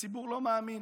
הציבור לא מאמין,